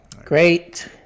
Great